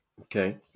Okay